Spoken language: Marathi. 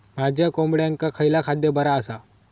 माझ्या कोंबड्यांका खयला खाद्य बरा आसा?